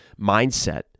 mindset